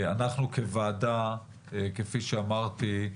אנחנו כוועדה כפי שאמרתי,